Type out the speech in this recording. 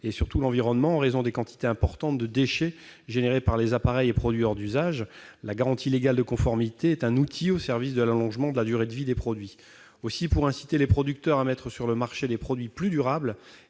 et surtout l'environnement, du fait des quantités importantes de déchets ainsi générées. La garantie légale de conformité est un outil au service de l'allongement de la durée de vie des produits. Pour inciter les producteurs à mettre sur le marché des produits plus durables